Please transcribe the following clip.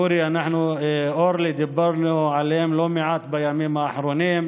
אורלי, דיברנו עליהם לא מעט בימים האחרונים.